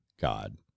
god